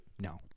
No